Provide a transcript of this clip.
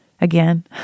again